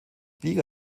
liga